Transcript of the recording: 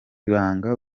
banga